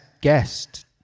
guest